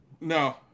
no